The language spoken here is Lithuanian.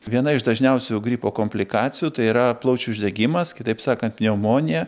viena iš dažniausių gripo komplikacijų tai yra plaučių uždegimas kitaip sakant pneumonija